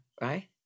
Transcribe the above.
right